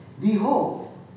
Behold